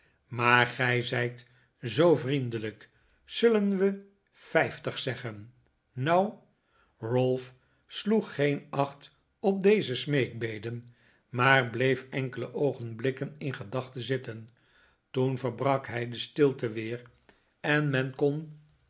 maar gij zijt zoo vriendelijk zullen we vijftig zeggen nou ralph sloeg geen acht op deze smeektdeden maar bleef enkele oogenblikken in gedachten zitten toen verbrak hij de stilte weer en men kon